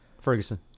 Ferguson